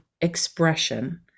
expression